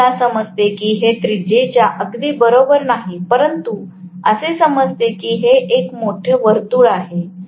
हे मला समजते की हे त्रिज्याच्या अगदी बरोबर नाही परंतु असे समजते की हे एक मोठे वर्तुळ आहे